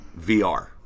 VR